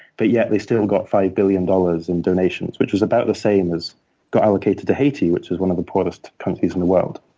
but yet they still got five billion dollars in donations, which is about the same as got allocated to haiti, which is one of the poorest countries in the world.